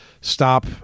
stop